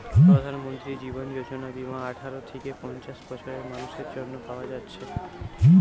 প্রধানমন্ত্রী জীবন যোজনা বীমা আঠারো থিকে পঞ্চাশ বছরের মানুসের জন্যে পায়া যাচ্ছে